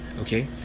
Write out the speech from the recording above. okay